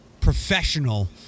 professional